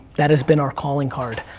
that has been our calling card,